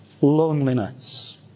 loneliness